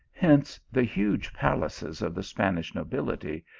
one icnce the huge palaces of the spanish nobility,